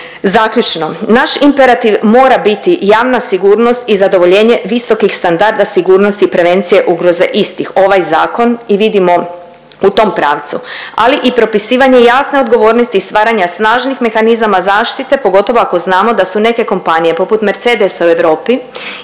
Zaključno, naš imperativ mora biti javna sigurnost i zadovoljenje visokih standarda sigurnosti i prevencije ugroze istih. Ovaj zakon i vidimo u tom pravcu, ali i propisivanje jasne odgovornosti i stvaranja snažnih mehanizama zaštite, pogotovo ako znamo da su neke kompanije poput Mercedesa u Europi